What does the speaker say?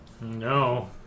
No